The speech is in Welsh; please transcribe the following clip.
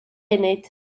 funud